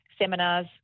seminars